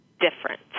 different